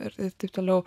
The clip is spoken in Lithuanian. ir ir taip toliau